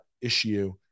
issue